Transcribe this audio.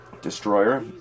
Destroyer